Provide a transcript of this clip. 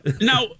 Now